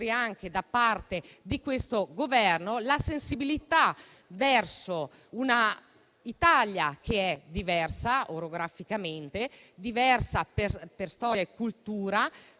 da parte del Governo la sensibilità verso un'Italia che è diversa orograficamente, oltre che per storia e cultura,